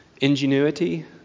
ingenuity